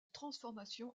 transformations